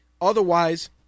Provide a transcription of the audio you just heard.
Otherwise